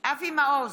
אבי מעוז,